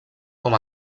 com